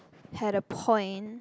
had a point